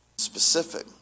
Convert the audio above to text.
specific